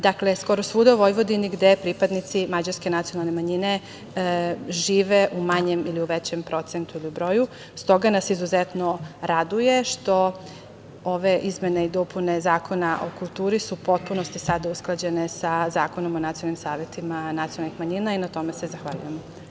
Dakle, skoro svuda u Vojvodini gde pripadnici mađarske nacionalne manjine žive u manjem ili u većem procentu ili u broju, s toga nas izuzetno raduje što ove izmene i dopune Zakona o kulturi su u potpunosti sada usklađene sa Zakonom o nacionalnim savetima nacionalnih manjina i na tome se zahvaljujem.